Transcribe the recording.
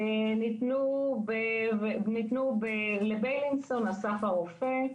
ניתנו לבילינסון, אסף הרופא,